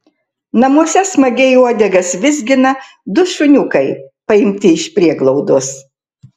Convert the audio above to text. namuose smagiai uodegas vizgina du šuniukai paimti iš prieglaudos